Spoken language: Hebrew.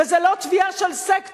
וזו לא תביעה של סקטור,